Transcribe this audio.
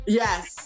yes